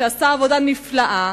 שעשה עבודה נפלאה,